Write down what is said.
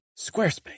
Squarespace